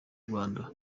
rwanda